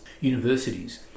Universities